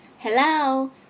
Hello